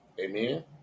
Amen